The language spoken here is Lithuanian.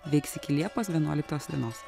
veiks iki liepos vienuoliktos dienos